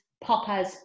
poppers